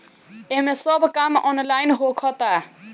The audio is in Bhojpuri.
एमे सब काम ऑनलाइन होखता